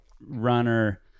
runner